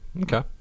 Okay